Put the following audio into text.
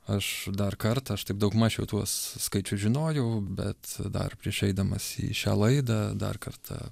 aš dar kartą aš taip daug maž jau tuos skaičius žinojau bet dar prieš eidamas į šią laidą dar kartą